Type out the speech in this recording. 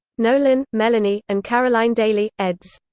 nolan, melanie, and caroline daley, eds.